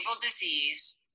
disease